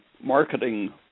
marketing